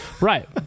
right